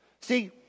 See